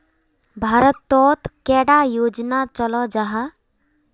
भारत तोत कैडा योजना चलो जाहा?